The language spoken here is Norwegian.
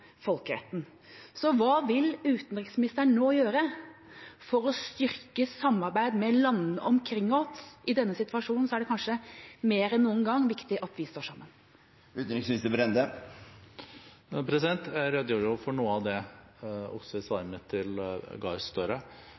folkeretten. Hva vil utenriksministeren nå gjøre for å styrke samarbeidet med landene omkring oss? I denne situasjonen er det kanskje mer enn noen gang viktig at vi står sammen. Jeg redegjorde for noe av det i svaret mitt til Gahr Støre.